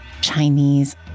Chinese